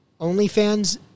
OnlyFans